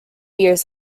years